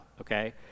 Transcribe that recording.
okay